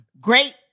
great